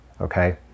okay